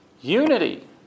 Unity